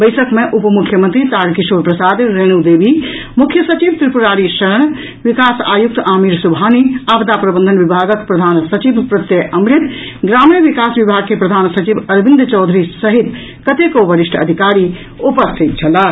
बैसक मे उप मुख्यमंत्री तारकिशोर प्रसाद रेणु देवी मुख्य सचिव त्रिपुरारी शरण विकास आयुक्त आमिर सुबहानी आपदा प्रबंधन विभागक प्रधान सचिव प्रत्यय अमृत ग्रामीण विकास विभाग के प्रधान सचिव अरविंद चौधरी सहित कतेको वरिष्ठ अधिकारी उपस्थित छलाह